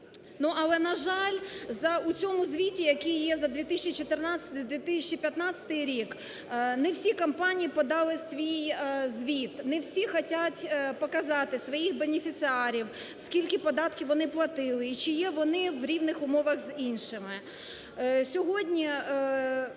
Але, на жаль, у цьому звіті, який є за 2014, 2015 роки, не всі компанії подали свій звіт, не всі хочуть показати своїх бенефіціарів, скільки податків вони платили і чи є вони в рівних умовах з іншими?